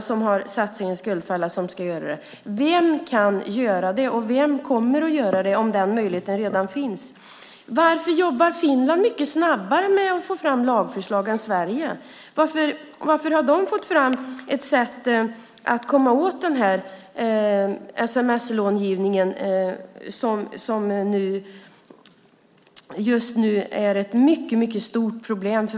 Det finns en och annan vuxen som också ramlar dit, vilket är lika illa.